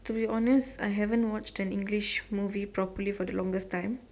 to be honest I haven't watched an English movie properly for the longest time